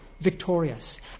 victorious